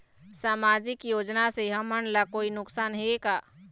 सामाजिक योजना से हमन ला कोई नुकसान हे का?